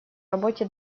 работе